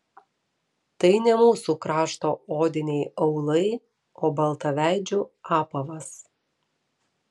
tai ne mūsų krašto odiniai aulai o baltaveidžių apavas